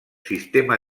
sistema